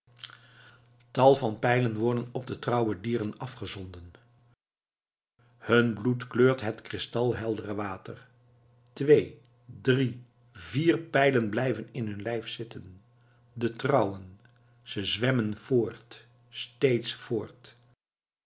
tal van pijlen worden op de trouwe dieren afgezonden hun bloed kleurt het kristalheldere water twee drie vier pijlen blijven in hun lijf zitten de trouwen ze zwemmen voort steeds voort